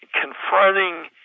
confronting